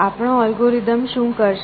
આપણો અલ્ગોરિધમ શું કરશે